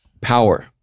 power